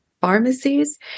pharmacies